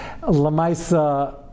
Lamaisa